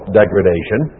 degradation